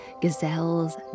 Gazelles